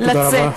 תודה רבה.